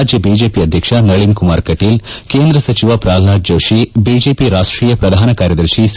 ರಾಜ್ಯ ಬಿಜೆಪಿ ಅಧ್ಯಕ್ಷ ನಳಿನ್ ಕುಮಾರ್ ಕಟೀಲ್ ಕೇಂದ್ರ ಸಚಿವ ಪ್ರಲ್ನಾದ್ ಜೋಶಿ ಬಿಜೆಪಿ ರಾಷ್ಷೀಯ ಪ್ರಧಾನ ಕಾರ್ಯದರ್ತಿ ಸಿ